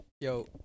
Yo